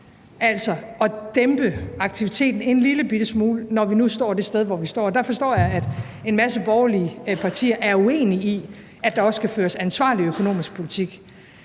altså at dæmpe aktiviteten en lillebitte smule, når nu vi står det sted, hvor vi står. Og der forstår jeg, at en masse borgerlige partier er uenige i, at der også skal føres ansvarlig økonomisk politik